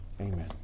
Amen